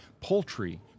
poultry